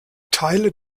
teile